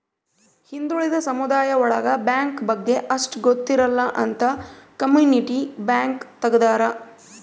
ಹಿಂದುಳಿದ ಸಮುದಾಯ ಒಳಗ ಬ್ಯಾಂಕ್ ಬಗ್ಗೆ ಅಷ್ಟ್ ಗೊತ್ತಿರಲ್ಲ ಅಂತ ಕಮ್ಯುನಿಟಿ ಬ್ಯಾಂಕ್ ತಗ್ದಾರ